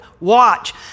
Watch